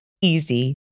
easy